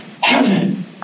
heaven